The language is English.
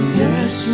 yes